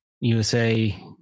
USA